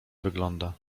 wygląda